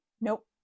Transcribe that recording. Nope